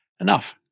enough